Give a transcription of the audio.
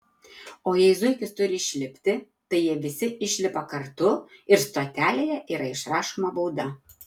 o jei zuikis turi išlipti tai jie visi išlipa kartu ir stotelėje yra išrašoma bauda